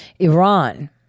Iran